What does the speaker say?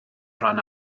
rhan